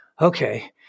Okay